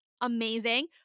amazing